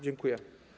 Dziękuję.